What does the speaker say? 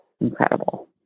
incredible